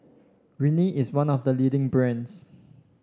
Rene is one of the leading brands